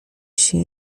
się